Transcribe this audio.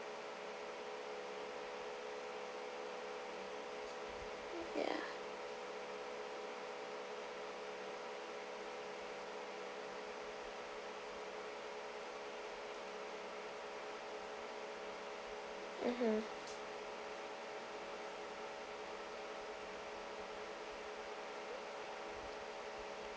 ya mmhmm